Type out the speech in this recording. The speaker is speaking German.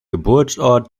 geburtsort